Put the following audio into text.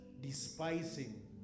despising